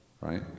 right